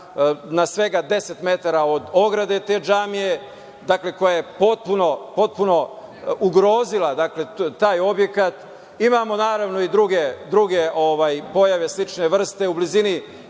na svega deset metara od ograde te džamije, koja je potpuno ugrozila taj objekat. Imamo, naravno, i druge pojave slične vrste. U blizini